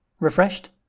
Refreshed